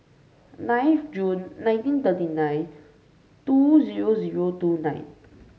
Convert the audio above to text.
nine of June nineteen thirty nine two zero zero two nine